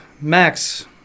Max